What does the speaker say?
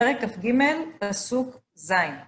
פרק כ"ג, פסוק ז'.